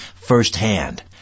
firsthand